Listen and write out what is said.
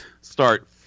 start